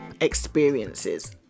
experiences